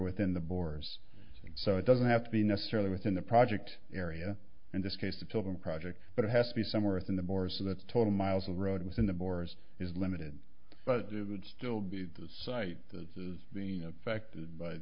within the borders and so it doesn't have to be necessarily within the project area in this case the children project but it has to be somewhere within the borders of the total miles of road within the borders is limited but it would still be the site that is being affected by